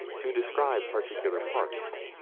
to describe particular parts.